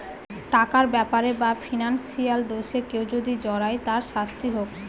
টাকার ব্যাপারে বা ফিনান্সিয়াল দোষে কেউ যদি জড়ায় তার শাস্তি হোক